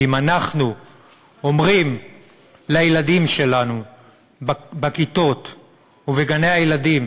כי אם אנחנו אומרים לילדים שלנו בכיתות ובגני-הילדים